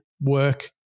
work